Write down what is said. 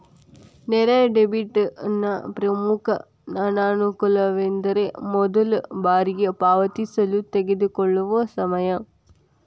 ನೇರ ಡೆಬಿಟ್ನ ಪ್ರಮುಖ ಅನಾನುಕೂಲವೆಂದರೆ ಮೊದಲ ಬಾರಿಗೆ ಪಾವತಿಸಲು ತೆಗೆದುಕೊಳ್ಳುವ ಸಮಯ